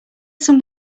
some